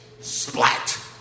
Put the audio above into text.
splat